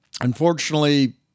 unfortunately